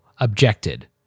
objected